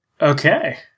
Okay